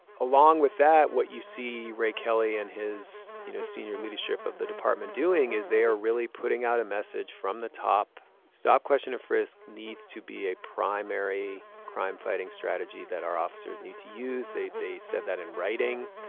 along with that, what you see. ray kelly and his you know senior leadership of the department doing is they are really putting out a message from the top stop. question of frisk needs to be a primary crime fighting strategy that our officers need to use. they they said that in writing,